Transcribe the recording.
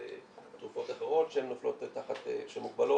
תרופות אחרות שהן נופלות תחת --- שהן מוגבלות